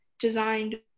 designed